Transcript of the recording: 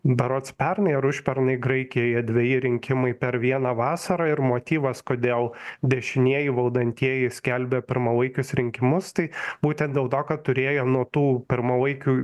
berods pernai ar užpernai graikijoje dveji rinkimai per vieną vasarą ir motyvas kodėl dešinieji valdantieji skelbia pirmalaikius rinkimus tai būtent dėl to kad turėjo nuo tų pirmalaikių